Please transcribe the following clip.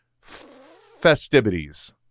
festivities